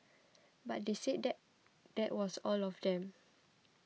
but they said that that was all of them